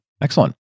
Excellent